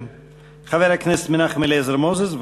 חבר הכנסת מנחם אליעזר מוזס.